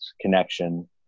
connection